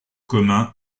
commun